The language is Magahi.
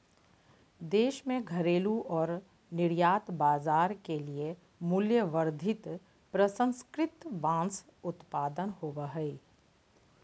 देश में घरेलू और निर्यात बाजार के लिए मूल्यवर्धित प्रसंस्कृत बांस उत्पाद होबो हइ